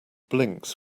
blinks